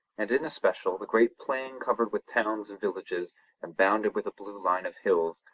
and in especial the great plain covered with towns and villages and bounded with a blue line of hills,